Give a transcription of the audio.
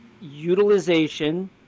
utilization